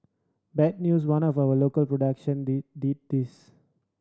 bad news one of the local production did this